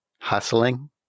hustling